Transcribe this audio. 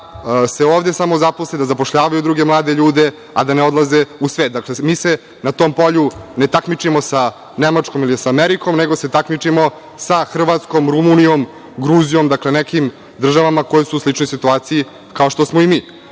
se ovde samo zaposle, da zaposle druge mlade ljude, a da ne odlaze u svet. Dakle, mi se na tom polju ne takmičimo sa Nemačkom ili Amerikom, nego sa Hrvatskom, Rumunijom, Gruzijom, nekim državama koje su u sličnoj situaciji kao što smo i